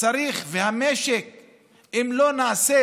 ואם לא נעשה